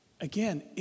again